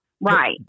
Right